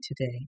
today